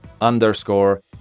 underscore